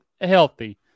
healthy